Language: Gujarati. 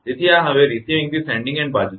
તેથી આ હવે રિસીવીંગ થી સેન્ડીંગ એન્ડ બાજુ જશે